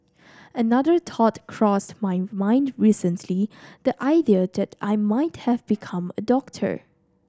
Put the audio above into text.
another thought crossed my mind recently the idea that I might have become a doctor